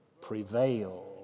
Prevail